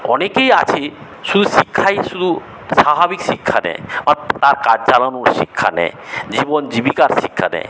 অনেকেই আছে শুধু শিক্ষাই শুধু স্বাভাবিক শিক্ষা নেয় বা তার কাজ চালানোর শিক্ষা নেয় জীবন জীবিকার শিক্ষা নেয়